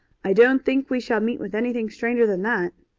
i don't think we shall meet with anything stranger than that.